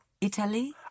Italy